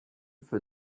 für